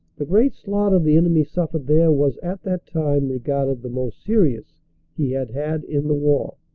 the great slaughter the enemy suffered there was at that time regarded the most serious he had had in the war.